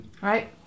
right